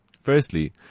Firstly